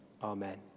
Amen